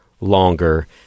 longer